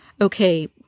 okay